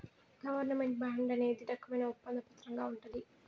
government bond అనేది రకమైన ఒప్పంద పత్రంగా ఉంటది